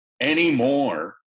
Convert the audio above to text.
anymore